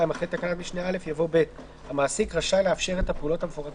אחרי תקנת משנה (א) יבוא: "(ב) המעסיק רשאי לאפשר את